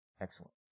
Excellent